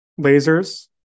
Lasers